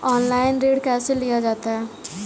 Online ऋण कैसे लिया जाता है?